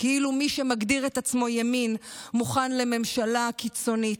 כאילו מי שמגדיר את עצמו ימין מוכן לממשלה משיחית,